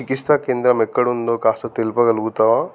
చికిత్సా కేంద్రం ఎక్కడ ఉందో కాస్త తెలుపగలుగుతావా